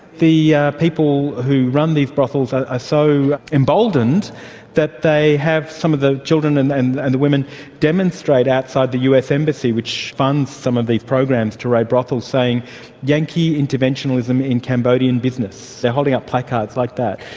the people who run these brothels are ah so emboldened that they have some of the children and and the and the women demonstrate outside the us embassy which funds some of these programs to raid brothels, saying yankee interventionism in cambodian business. they are holding up placards like that.